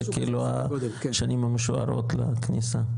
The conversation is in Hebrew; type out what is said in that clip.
זה כאילו השנים המשוערות לכניסה.